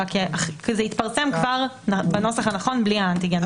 אלא זה יתפרסם כבר בנוסח הנכון בלי האנטיגן.